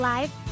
Live